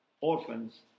orphans